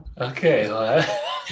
Okay